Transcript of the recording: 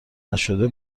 نشده